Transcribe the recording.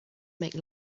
make